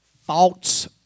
false